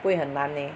不会很难 eh